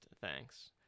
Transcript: Thanks